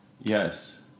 yes